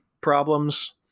problems